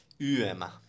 Uema